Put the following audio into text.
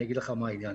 אני אגיד לך מה העניין,